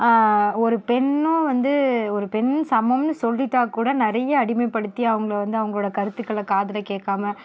ஒரு பெண்ணும் வந்து ஒரு பெண் சமம்னு சொல்லிட்டால் கூட நிறைய அடிமைப்படுத்தி அவங்கள வந்து அவங்களோட கருத்துக்களை காதில் கேட்காம